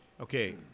Okay